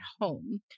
home